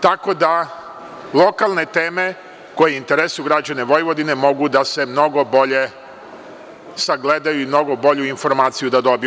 Tako da, lokalne teme koje interesuju građane Vojvodine mogu da se mnogo bolje sagledaju i mnogo bolju informaciju da dobiju.